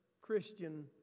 Christian